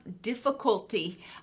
difficulty